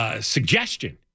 Suggestion